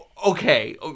Okay